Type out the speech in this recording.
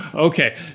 Okay